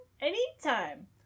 Anytime